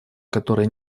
которая